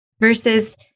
versus